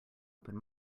open